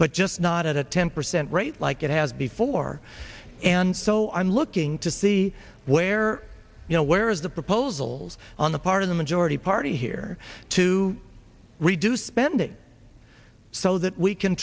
but just not at a ten percent rate like it has before and so i'm looking to see where you know where is the proposals on the part of the majority party here to reduce spending so that we can